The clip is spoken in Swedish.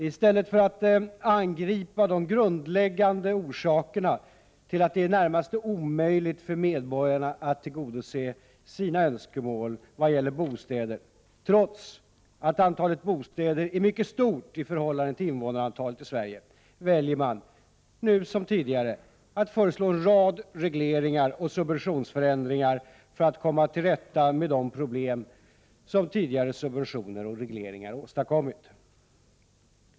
I stället för att angripa de grundläggande orsakerna till att det är i det närmaste omöjligt för medborgarna att tillgodose sina önskemål vad gäller bostäder, trots att antalet bostäder är mycket stort i förhållande till invånarantalet i Sverige, väljer man — nu som tidigare — att föreslå en rad regleringar och subventionsförändringar för att komma till rätta med de problem som tidigare subventioner och regleringar åstadkommit.